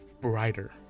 brighter